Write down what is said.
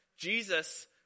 Jesus